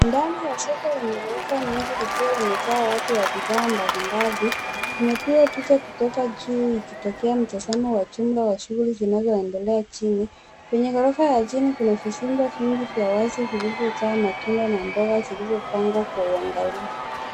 Ndani ya soko lenye ghorofa nyingi likiwa limejaa watu wa bidhaa mbali mbali limepigwa picha kutokea chini zikitoa mtazamo wa shughuli zinazo endelea chini. Kwenye ghorofa ya chini kuna vizimba vingi vya wazi vilivyo jaa matunda na mboga zilizo pangwa kwa uangalifu.